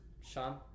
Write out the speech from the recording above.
Sean